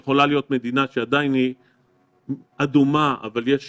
יכולה להיות מדינה שהיא עדיין אדומה אבל יש